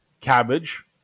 cabbage